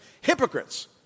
hypocrites